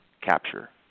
capture